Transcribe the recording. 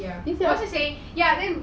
saturday I was talking to salu